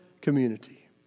community